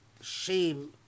shame